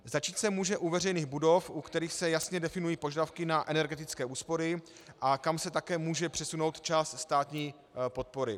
Začít se může u veřejných budov, u kterých se jasně definují požadavky na energetické úspory a kam se také může přesunout část státní podpory.